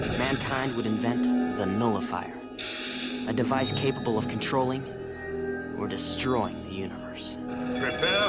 mankind would invent the nullifier, a device capable of controlling or destroying the universe